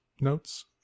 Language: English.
notes